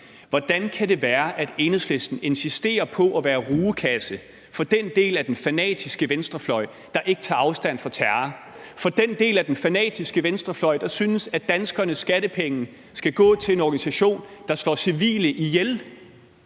Hvordan kan det være, at Enhedslisten insisterer på at være rugekasse for den del af den fanatiske venstrefløj, der ikke tager afstand fra terror, altså for den del af den fanatiske venstrefløj, der synes, at danskernes skattepenge skal gå til en organisation, der slår civile ihjel?